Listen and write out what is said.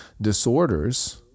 disorders